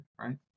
Right